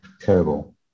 Terrible